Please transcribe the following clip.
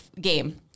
game